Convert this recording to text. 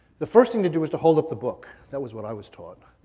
the first thing to do is to hold up the book. that was what i was taught.